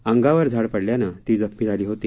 अंगावर झाडं पडल्यानं ती जखमी झाली होती